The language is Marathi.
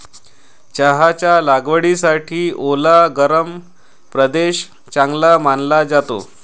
चहाच्या लागवडीसाठी ओला गरम प्रदेश चांगला मानला जातो